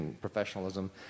professionalism